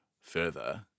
further